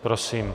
Prosím.